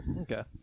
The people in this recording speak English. Okay